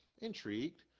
intrigued